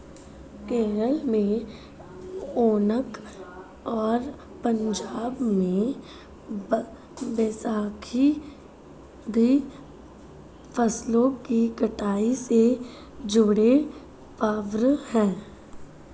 केरल में ओनम और पंजाब में बैसाखी भी फसलों की कटाई से जुड़े पर्व हैं